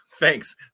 Thanks